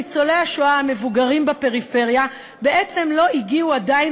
ניצולי השואה המבוגרים בפריפריה לא הגיעו עדיין